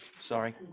Sorry